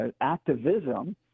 activism